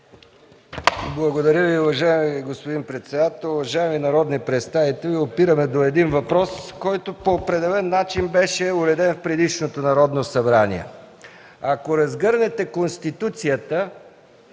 Благодаря Ви. Уважаеми господин председател, уважаеми народни представители! Опираме до един въпрос, който по определен начин беше уреден в предишното Народно събрание. Ако разгърнете Конституцията